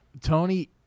Tony